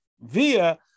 via